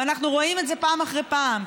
ואנחנו רואים את זה פעם אחרי פעם.